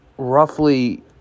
Roughly